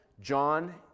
John